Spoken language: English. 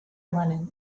lenin